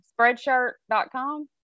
spreadshirt.com